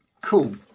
Cool